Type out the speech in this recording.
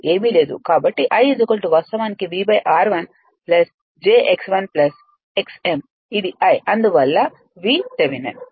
కాబట్టి I వాస్తవానికి v r1 j x1 x m ఇది I అందువల్ల V థెవెనిన్